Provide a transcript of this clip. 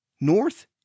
North